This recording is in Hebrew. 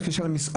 במשרד.